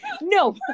No